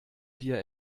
dir